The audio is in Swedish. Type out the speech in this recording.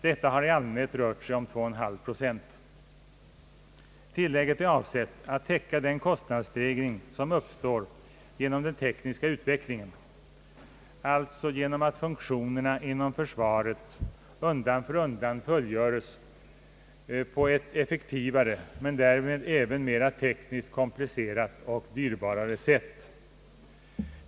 Detta har i allmänhet rört sig om 2,5 procent. Tilllägget är avsett att täcka den kostnadsstegring som uppstår genom den tekniska utvecklingen, alltså genom att funktionerna inom försvaret undan för undan fullgöres på ett effektivare men därmed även mera tekniskt komplicerat och dyrbarare sätt.